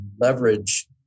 leverage